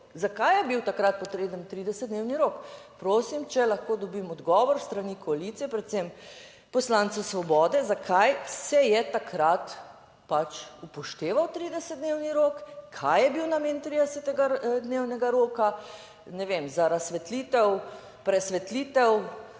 zakaj je bil takrat potreben 30-dnevni rok? Prosim, če lahko dobim odgovor s strani koalicije, predvsem poslancev Svobode, zakaj se je takrat pač upošteval 30-dnevni rok? Kaj je bil namen 30-dnevnega roka? Ne vem za razsvetlitev, presvetlitev,